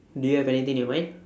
do you have anything in your mind